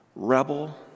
Rebel